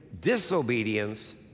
disobedience